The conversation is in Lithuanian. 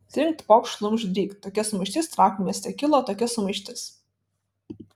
trinkt pokšt šlumšt drykt tokia sumaištis trakų mieste kilo tokia sumaištis